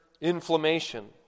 inflammation